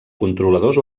controladors